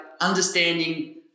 understanding